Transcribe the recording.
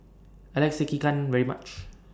I like Sekihan very much